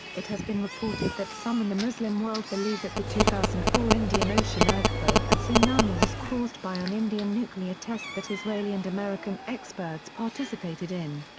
it has been reported that some in the muslim world believe that the two thousand and four indian ocean earthquake and tsunami was caused by an indian nuclear test that israeli and american experts participated in.